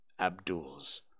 Abduls